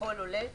הכול עולה.